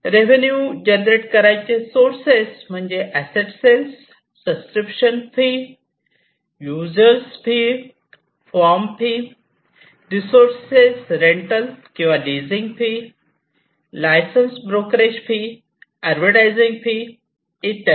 revenue generate करायचे sources म्हणजे asset sales subscription fee usage fee form fee resources rental किंवा leasing fee license brokerage fee advertising fee इत्यादी